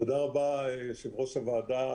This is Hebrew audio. תודה רבה יושב ראש הוועדה.